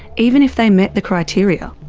even if they met the criteria.